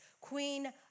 Queen